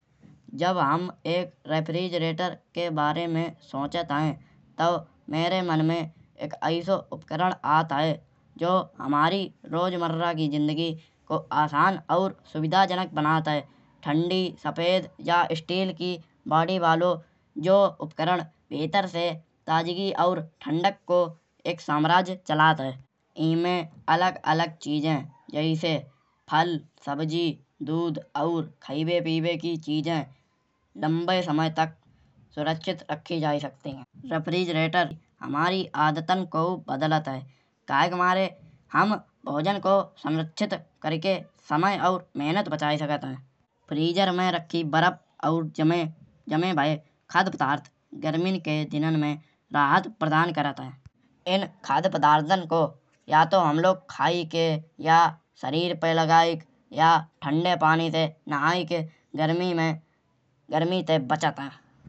जब हम एक रेफ्रिजरेटर के बारे में सोचत हैं। तौ मेरे मन में एक ऐसो उपकरण आत हैं। जो हमारी रोजमर्रा की जिंदगी को आसान और सुविधाजनक बनात हैं। ठंडी सफेद स्टील की बॉडी वालों जो उपकरण भीतर से ताजगी और ठंडक को एक साम्राज्य चलात हैं। ईमें अलग अलग चीजें जैसे फल सब्जी दूध और खाइबे पीइबे की चीजें लंबे समय तक सुरक्षित रखी जाए सकत हैं। रेफ्रिजरेटर हमारी आदतन कौ बदलत हैं। काहे के मारे हम भोजन को संरक्षित करिके समय और मेहनत बचाय्ये सकत हैं। फ्रीजर में रखी बर्फ और जमे भये खाद्य पदार्थ गर्मिन के दिनन में राहत प्रदान करत हैं। इन खाद्य पदार्थन को या तौ हम लोग खाइके या शरीर पे लगाइके या ठंडे पानी से नहाइके गर्मी में गर्मी से बचत हैं।